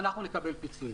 שאנחנו נקבל פיצוי.